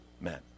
men